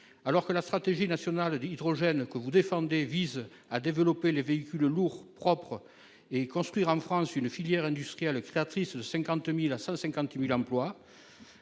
Alors que la stratégie nationale hydrogène que vous défendez vise à développer les véhicules lourds propres et à construire en France une filière industrielle créatrice de 50 000 à 150 000 emplois,